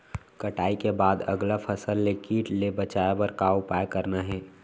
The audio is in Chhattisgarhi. कटाई के बाद अगला फसल ले किट ले बचाए बर का उपाय करना हे?